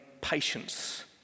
patience